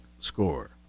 score